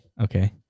Okay